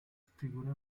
figura